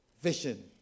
vision